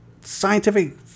scientific